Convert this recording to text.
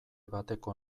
bateko